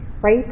right